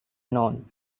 known